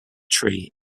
tree